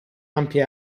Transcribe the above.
ampie